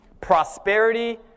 Prosperity